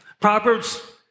Proverbs